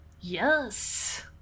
Yes